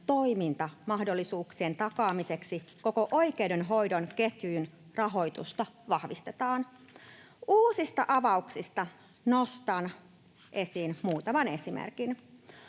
toimintamahdollisuuksien takaamiseksi koko oikeudenhoidon ketjun rahoitusta vahvistetaan. Uusista avauksista nostan esiin muutaman esimerkin: